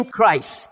Christ